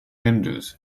hindus